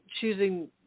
choosing